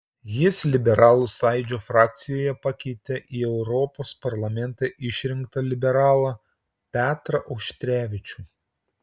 jis liberalų sąjūdžio frakcijoje pakeitė į europos parlamentą išrinktą liberalą petrą auštrevičių